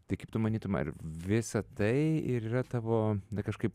tai kaip tu manytum ar visa tai ir yra tavo kažkaip